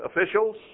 officials